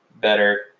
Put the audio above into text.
better